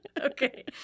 Okay